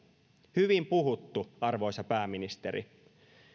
hyvin puhuttu arvoisa pääministeri